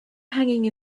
hanging